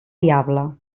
diable